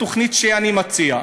התוכנית שאני מציע,